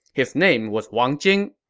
his name was wang jing.